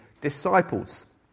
disciples